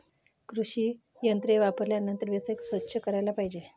कृषी यंत्रे वापरल्यानंतर व्यवस्थित स्वच्छ करायला पाहिजे